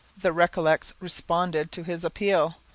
the recollets responded to his appeal,